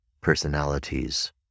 personalities